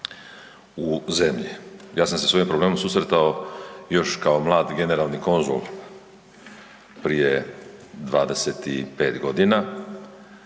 u zemlji. Ja sam se s ovim problemom susretao još kao mlad generalni konzul prije 25 godina,